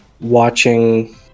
watching